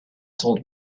told